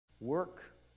Work